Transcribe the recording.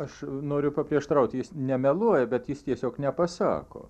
aš noriu paprieštaraut jis nemeluoja bet jis tiesiog nepasako